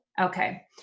Okay